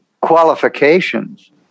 qualifications